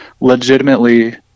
legitimately